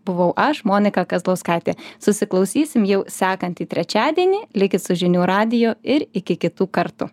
buvau aš monika kazlauskaitė susiklausysim jau sekantį trečiadienį likit su žinių radiju ir iki kitų kartų